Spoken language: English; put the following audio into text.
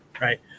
right